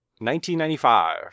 1995